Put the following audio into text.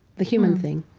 the human thing,